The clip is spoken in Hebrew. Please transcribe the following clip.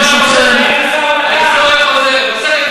אני רוצה, ברשותכם, ההיסטוריה חוזרת.